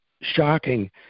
shocking